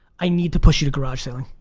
i need to push you to garage saling.